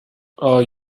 are